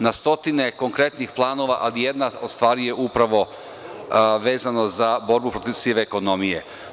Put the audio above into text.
Na stotine je konkretnih planova, ali jedna od stvari je upravo vezana za borbu protiv sive ekonomije.